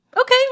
Okay